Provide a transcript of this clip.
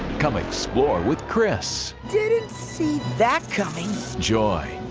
come explore with chris. didn't see that coming. joy.